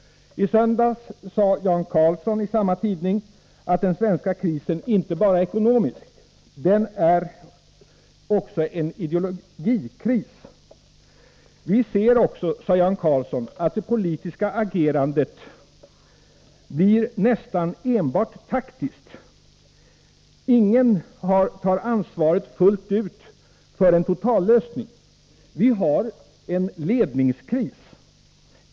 I söndags sade Jan Carlzon i samma tidning att den svenska krisen inte bara är ekonomisk, utan att den också är en ideologikris. Vi ser också, fortsatte han, att det politiska agerandet blir nästan enbart taktiskt. Ingen tar ansvaret fullt ut för en totallösning. Vi har alltså en ledningskris.